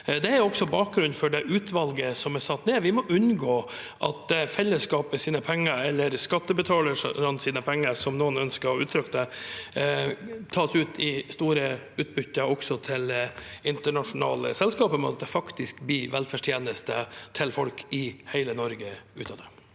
Det er også bakgrunnen for det utvalget som er satt ned. Vi må unngå at fellesskapets penger – eller skattebetalernes penger, slik noen ønsker å uttrykke det – tas ut i store utbytter også til internasjonale selskaper, men sikre at det faktisk blir velferdstjenester til folk i hele Norge ut av det.